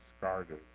discarded